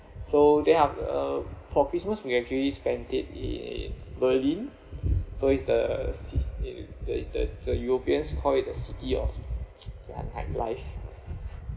so they have a for christmas we actually spend it in berlin so it's the ci~ the the the europeans call it a city of ya like life